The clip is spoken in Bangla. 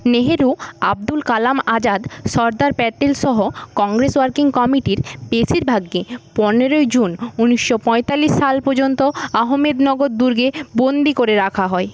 নেহেরু আবদুল কালাম আজাদ সর্দার প্যাটেল সহ কংগ্রেস ওয়ার্কিং কমিটির বেশিরভাগকে পনেরোই জুন উনিশশো পঁয়তাল্লিশ সাল পর্যন্ত আহমেদনগর দুর্গে বন্দী করে রাখা হয়